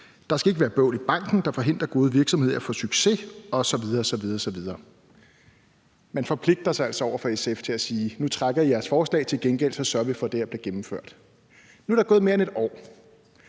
der skal ikke være bøvl i banken, der forhindrer gode virksomheder i at få succes osv. osv. Man forpligter sig altså over for SF ved at sige: Nu trækker I jeres forslag, og til gengæld sørger vi for, at det her bliver gennemført. Nu er der gået mere end et år,